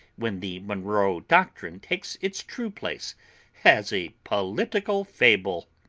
when the monroe doctrine takes its true place as a political fable.